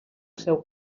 seu